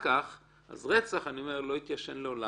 רצח לא יתיישן לעולם,